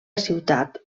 ciutat